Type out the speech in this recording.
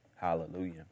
Hallelujah